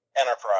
enterprise